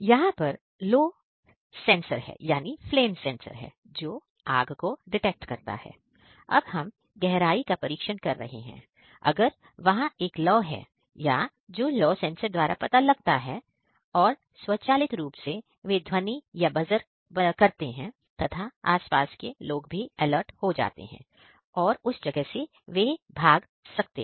यहां पर लौ सेंसर द्वारा पता लगाता है और स्वचालित रूप से वे ध्वनि बजर करते हैं तथा आस पास के लोग भी अलर्ट हो जाते हैं और उस जगह से भी भाग जाते हैं